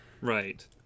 Right